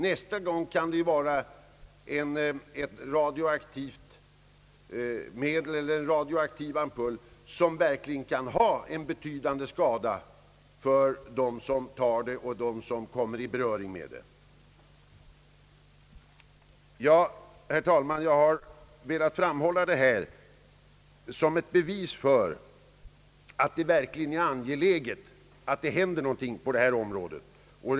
Nästa gång kan det gälla ett radioaktivt ämne eller en radioaktiv ampull som verkligen kan medföra betydande skada för dem som kommer i beröring med detta. Herr talman! Jag har velat framhålla detta som ett bevis för att det verkligen är angeläget att det händer någonting på detta område.